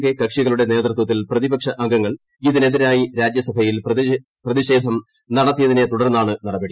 K കക്ഷികളുടെ നേതൃത്വത്തിൽ പ്രതിപക്ഷ അംഗങ്ങൾ ഇതിനെതിരായി രാജ്യസഭയിൽ പ്രതിഷേധം നടത്തിയതിനെത്തുടർന്നാണ് നടപടി